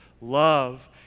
love